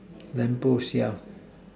lamp post yeah